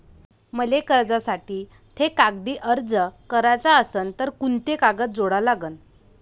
मले कर्जासाठी थे कागदी अर्ज कराचा असन तर कुंते कागद जोडा लागन?